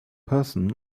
person